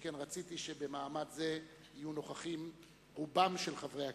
שכן רציתי שבמעמד זה יהיו נוכחים רוב חברי הכנסת.